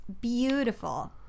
beautiful